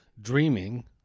dreaming